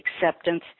acceptance